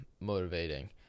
motivating